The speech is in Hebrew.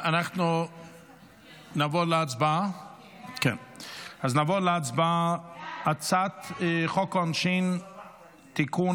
נעבור להצבעה על הצעת חוק העונשין (תיקון,